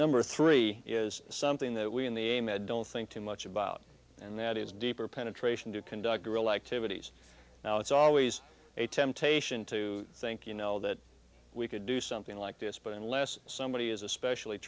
number three is something that we in the a med don't think too much about and that is deeper penetration to conduct real activities now it's always a temptation to think you know that we could do something like this but unless somebody is especially